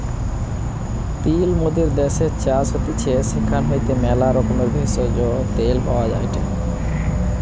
তিল মোদের দ্যাশের চাষ হতিছে সেখান হইতে ম্যালা রকমের ভেষজ, তেল পাওয়া যায়টে